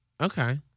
Okay